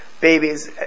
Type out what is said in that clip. babies